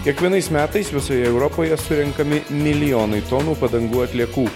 kiekvienais metais visoje europoje surenkami milijonai tonų padangų atliekų